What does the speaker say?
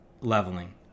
leveling